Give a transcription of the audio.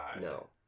No